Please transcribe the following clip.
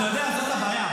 אתה יודע, זאת הבעיה.